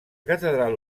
catedral